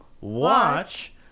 watch